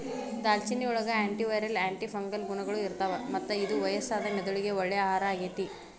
ದಾಲ್ಚಿನ್ನಿಯೊಳಗ antiviral, antifungal ಗುಣಗಳು ಇರ್ತಾವ, ಮತ್ತ ಇದು ವಯಸ್ಸಾದ ಮೆದುಳಿಗೆ ಒಳ್ಳೆ ಆಹಾರ ಆಗೇತಿ